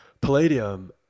palladium